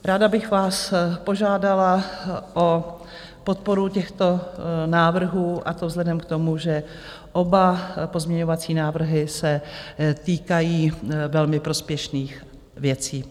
Ráda bych vás požádala o podporu těchto návrhů vzhledem k tomu, že oba pozměňovací návrhy se týkají velmi prospěšných věcí.